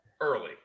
Early